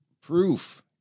proof